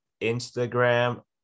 Instagram